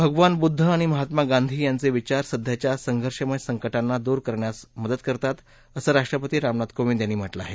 भगवान बुद्ध आणि महात्मा गांधी यांचे विचार सध्याच्या संघर्षमय संकटांना दूर करण्यास मदत करतात असं राष्ट्रपती रामनाथ कोविंद यांनी म्हटलं आहे